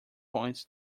points